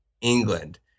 england